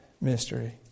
mystery